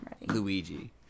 Luigi